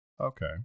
Okay